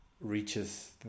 reaches